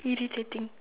irritating